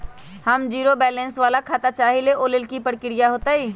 हम zero balance वाला खाता चाहइले वो लेल की की प्रक्रिया होतई?